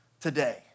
today